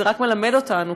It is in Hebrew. זה רק מלמד אותנו,